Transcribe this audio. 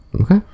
Okay